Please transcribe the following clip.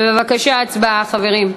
בבקשה, הצבעה, חברים.